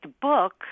book